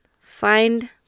Find